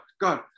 God